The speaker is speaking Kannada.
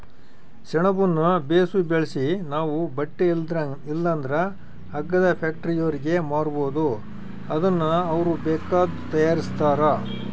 ಸೆಣಬುನ್ನ ಬೇಸು ಬೆಳ್ಸಿ ನಾವು ಬಟ್ಟೆ ಇಲ್ಲಂದ್ರ ಹಗ್ಗದ ಫ್ಯಾಕ್ಟರಿಯೋರ್ಗೆ ಮಾರ್ಬೋದು ಅದುನ್ನ ಅವ್ರು ಬೇಕಾದ್ದು ತಯಾರಿಸ್ತಾರ